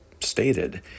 stated